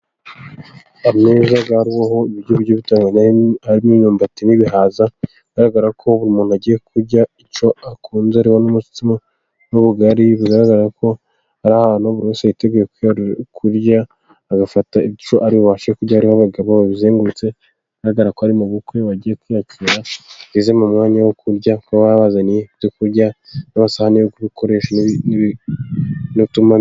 Ameza abaho ibiryo by'ubutangamo imyumbati n'ibihaza bigaragara ko umuntu agiye kurya, ico akunze ari n'umutsima n'ubugari bigaragara ko ari ahantu buri yiteguye kurya, agafata ari ubashebyaho abagabo babizengurutse bigaragara ko ari mu bukwe bagiye kwiyakira, bageze mu mwanya wo kurya kuba baba bazanye ibyo kurya n'amasahani yo gukoresha.